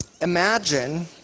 Imagine